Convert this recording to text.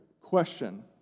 question